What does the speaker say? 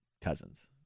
Cousins